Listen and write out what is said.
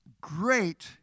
Great